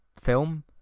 film